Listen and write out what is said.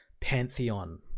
pantheon